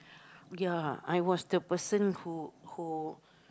ya I was the person who who